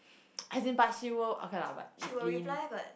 as in but she will okay lah but Evelyn